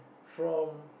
from